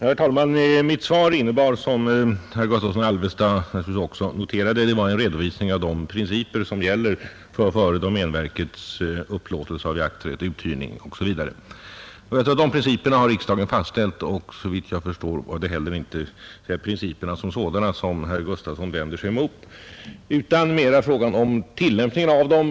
Herr talman! Mitt svar innebar, som herr Gustavsson i Alvesta naturligtvis också noterade, en redovisning av de principer som gäller för domänverkets upplåtelse av jakträtt, uthyrning osv. Dessa principer har riksdagen fastställt, och såvitt jag förstår är det heller inte principerna som sådana herr Gustavsson vänder sig emot utan mera tillämpningen av dem.